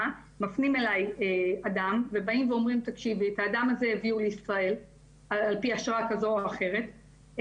אציין ואומר שהיום חמישה אחוז מהתיקים בעולם